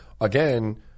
again